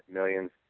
millions